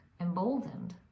emboldened